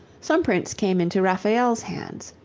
some prints came into raphael's hands.